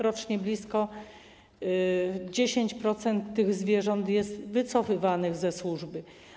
Rocznie blisko 10% tych zwierząt jest wycofywanych ze służby.